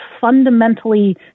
fundamentally